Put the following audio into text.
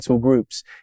groups